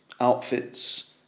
outfits